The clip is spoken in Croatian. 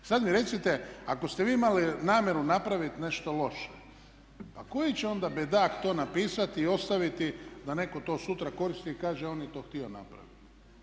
Sad mi recite ako ste vi imali namjeru napraviti nešto loše pa koji će onda bedak to napisati i ostaviti da netko to sutra koristi i kaže on je to htio napraviti?